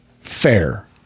fair